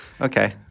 Okay